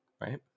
Right